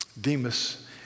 Demas